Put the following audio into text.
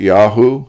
Yahoo